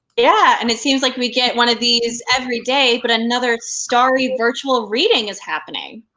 yeah, and it seems like we get one of these every day, but another starry virtual reading is happening.